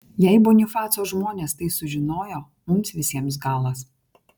jei bonifaco žmonės tai sužinojo mums visiems galas